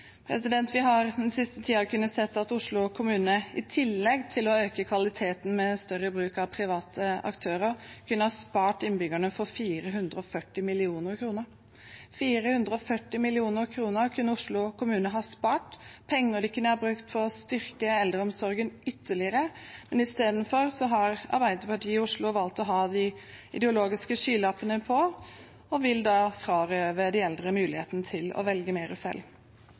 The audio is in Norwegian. Vi har den siste tiden sett at Oslo kommune, i tillegg til å øke kvaliteten med større bruk av private aktører, kunne ha spart innbyggerne for 440 mill. kr – penger de kunne ha brukt på å styrke eldreomsorgen ytterligere. Men i stedet har Arbeiderpartiet i Oslo valgt å ha de ideologiske skylappene på og vil frarøve de eldre muligheten til å velge mer selv.